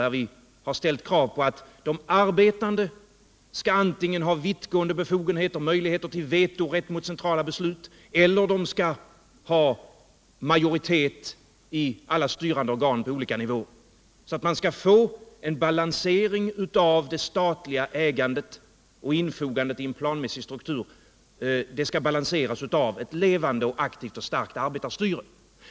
där vi har ställt krav på att de arbetande antingen skall ha vittgående befogenheter och möjligheter till veto mot centrala beslut eller att de skall ha majoritet i alla styrande organ på olika nivåer, så att det statliga ägandet och infogandet ien planmässig struktur skall balanseras av ett levande, aktivt och starkt arbetarstyre.